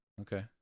Okay